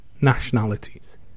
nationalities